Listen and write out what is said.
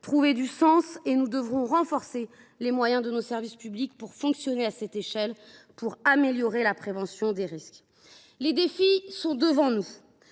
avoir du sens. Nous devrons renforcer les moyens de nos services publics pour fonctionner à cette échelle et pour améliorer ainsi la prévention des risques. Les défis sont devant nous.